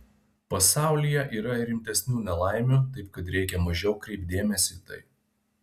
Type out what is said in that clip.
pasaulyje yra ir rimtesnių nelaimių taip kad reikia mažiau kreipt dėmesį į tai